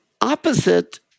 opposite